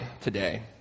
today